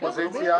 האופוזיציה.